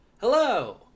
Hello